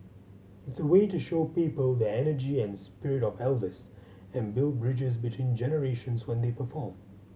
it's a way to show people the energy and spirit of Elvis and build bridges between generations when they perform